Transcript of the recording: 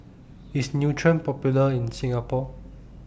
IS Nutren Popular in Singapore